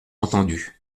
entendus